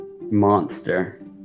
monster